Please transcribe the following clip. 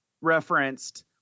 referenced